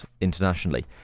internationally